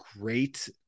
great